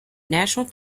national